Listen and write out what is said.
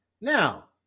now